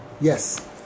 Yes